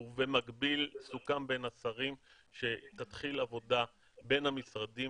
ובמקביל סוכם בין השרים שתתחיל עבודה בין המשרדים